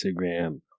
Instagram